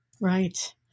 Right